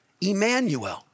Emmanuel